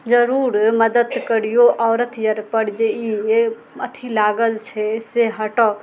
जरूर मदद करियौ औरत पर जे ई अथी लागल छै से हट